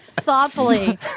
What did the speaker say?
Thoughtfully